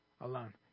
alone